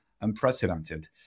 unprecedented